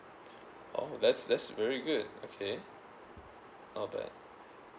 oh that's that's very good okay not bad